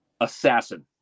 Assassin